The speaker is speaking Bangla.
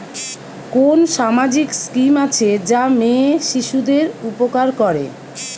কোন সামাজিক স্কিম আছে যা মেয়ে শিশুদের উপকার করে?